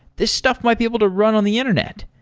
this stuff might be able to run on the internet.